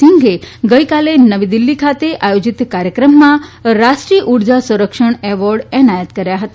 સિંઘે ગઇકાલે નવી દિલ્હી ખાતે આયોજીત કાર્યક્રમમાં રાષ્ટ્રીય ઉર્જા સંરક્ષણ એવોર્ડ એનાયત કર્યા હતા